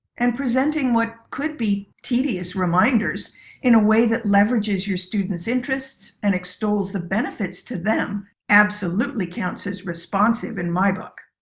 and presenting what could be tedious reminders in a way that leverages your students' interests and extols the benefits to them absolutely counts as responsive in my book.